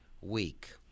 week